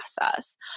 process